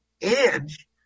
edge